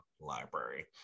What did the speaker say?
library